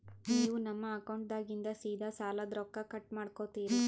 ನೀವು ನಮ್ಮ ಅಕೌಂಟದಾಗಿಂದ ಸೀದಾ ಸಾಲದ ರೊಕ್ಕ ಕಟ್ ಮಾಡ್ಕೋತೀರಿ?